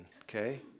okay